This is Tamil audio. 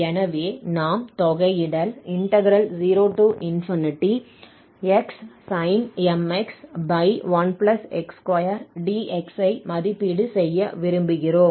எனவே நாம் தொகையிடல் 0x sinmx1x2dx ஐ மதிப்பீடு செய்ய விரும்புகிறோம்